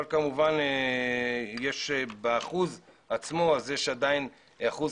אבל כמובן באחוז עצמו יש עדיין אחוז